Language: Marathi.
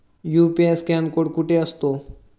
यु.पी.आय स्कॅन कोड कुठे असतो?